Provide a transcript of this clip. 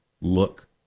look